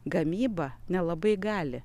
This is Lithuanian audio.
gamyba nelabai gali